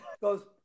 goes